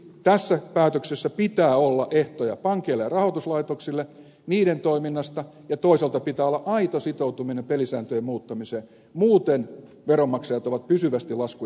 siksi tässä päätöksessä pitää olla ehtoja pankeille ja rahoituslaitoksille niiden toiminnasta ja toisaalta pitää olla aito sitoutuminen pelisääntöjen muuttamiseen muuten veronmaksajat ovat pysyvästi laskujen maksajia